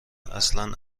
اصن